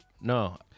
No